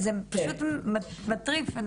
זה פשוט מטריף.